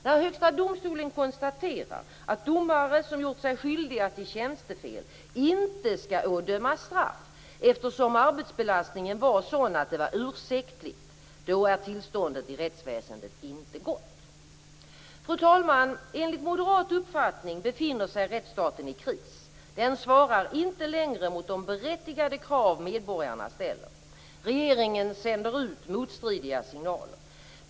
När Högsta domstolen konstaterar att domare som gjort sig skyldiga till tjänstefel inte skall ådömas straff eftersom arbetsbelastningen var sådan att det var ursäktligt är tillståndet i rättsväsendet inte gott. Fru talman! Enligt moderat uppfattning befinner sig rättsstaten i kris. Den svarar inte längre mot de berättigade krav medborgarna ställer. Regeringen sänder ut motstridiga signaler.